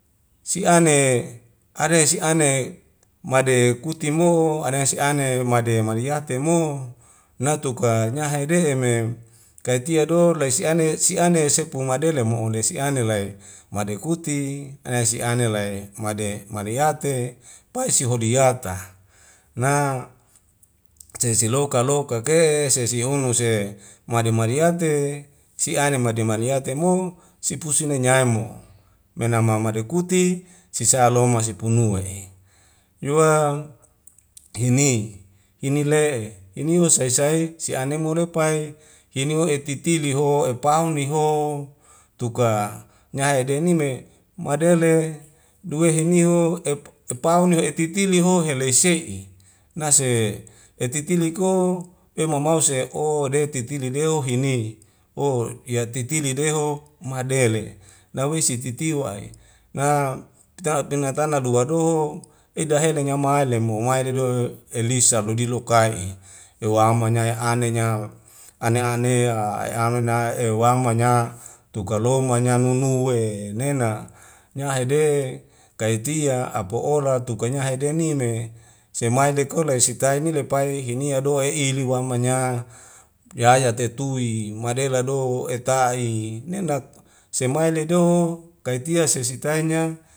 Si'ane ade si'ane made kutimo'o ade yang si'ane made made yate mo nautuka nyahede'e meum kaitia do laisiane si'ane sepu madele maono desi ane lae madekuti ana si'ane lae made yate pai sihodiyata na sensi loka loka ke sesihunu se made madeyate sia'ane made mariate mo sipusi menyai mo menama me dakuti sisaloma sipunue'i yuwa hini hini le'e hiniwa sai sai si'ane molo pai hiniuw etitiue lihoho epau niho tuka nyai denime madele duwe heuh ep epawni ni ho'titileho helei sei'i nase etitiliko pemau mau sae o deu titili deu hini o yatitilideho madele nawei sititiwa a penahtana lua doho edaheleng yamaele mo mae le lua elisa mbludi lokae'i yoma ama nya ya hanenya ane anea aya aminnae'e wang manya tukaloma nya nunuwe nena nyahede kaitia apaora tukanya hedeni me semai le korla isitaene lepai hinia doa ili wa manya yaya te'tui madela do eta'i nenak semaile doho kaitia sisitainya